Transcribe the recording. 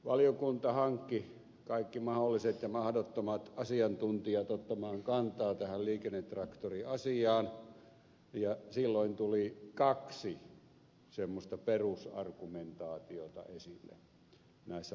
valiokunta hankki kaikki mahdolliset ja mahdottomat asiantuntijat ottamaan kantaa tähän liikennetraktoriasiaan ja silloin tuli kaksi perusargumentaatiota esille näissä lausunnoissa